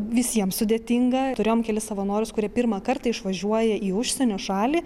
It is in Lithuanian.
visiems sudėtinga turėjom kelis savanorius kurie pirmą kartą išvažiuoja į užsienio šalį